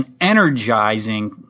energizing